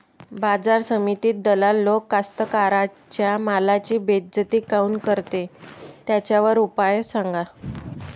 बाजार समितीत दलाल लोक कास्ताकाराच्या मालाची बेइज्जती काऊन करते? त्याच्यावर उपाव सांगा